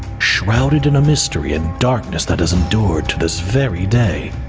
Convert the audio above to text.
shrouded in a mystery and darkness that has endured to this very day.